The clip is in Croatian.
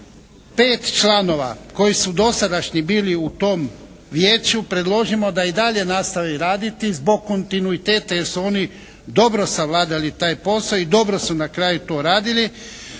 5 članova koji su dosadašnji bili u tom vijeću predložimo da i dalje nastavi raditi zbog kontinuiteta jer su oni dobro savladali taj posao i dobro su na kraju to radili,